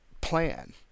plan